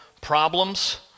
problems